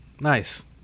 Nice